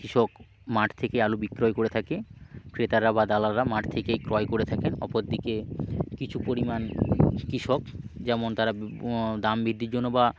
কৃষক মাঠ থেকে আলু বিক্রয় করে থাকে ক্রেতারা বা দালালরা মাঠ থেকে ক্রয় করে থাকেন অপর দিকে কিছু পরিমাণ কৃষক যেমন তারা দাম বৃদ্ধির জন্য বা